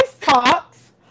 talks